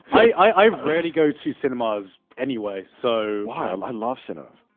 i rarely go to cinemas anyways, so, why? i love cinemas.